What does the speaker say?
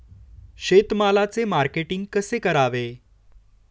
शेतमालाचे मार्केटिंग कसे करावे?